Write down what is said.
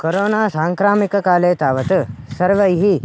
corona साङ्क्रामिककाले तावत् सर्वैः